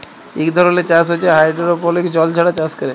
ইক ধরলের চাষ হছে হাইডোরোপলিক্স জল ছাড়া চাষ ক্যরে